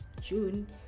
June